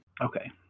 Okay